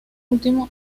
último